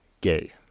gay